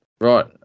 Right